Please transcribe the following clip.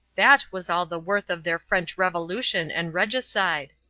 that was all the worth of their french revolution and regicide.